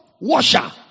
washer